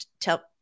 tell